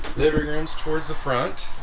rooms towards the front